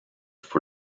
for